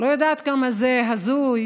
לא יודעת כמה זה הזוי,